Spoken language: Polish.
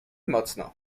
mocno